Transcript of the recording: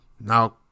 Now